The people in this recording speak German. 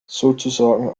sozusagen